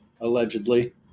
allegedly